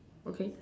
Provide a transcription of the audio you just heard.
okay